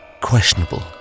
questionable